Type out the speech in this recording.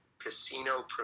casino